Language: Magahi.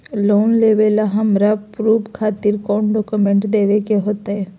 लोन लेबे ला हमरा प्रूफ खातिर कौन डॉक्यूमेंट देखबे के होतई?